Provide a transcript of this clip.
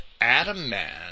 Adam-man